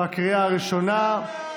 בקריאה הראשונה.